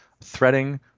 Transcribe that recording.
threading